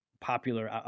popular